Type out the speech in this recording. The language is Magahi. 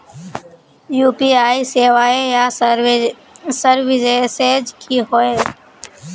यु.पी.आई सेवाएँ या सर्विसेज की होय?